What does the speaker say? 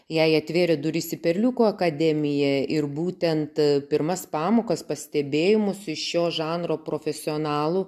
jai atvėrė duris į perliukų akademiją ir būtent pirmas pamokas pastebėjimus iš šio žanro profesionalų